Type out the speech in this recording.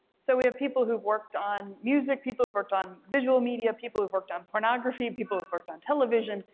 so we have people who've worked on music, people who've worked on visual media, people who've worked on pornography, people who've worked on television,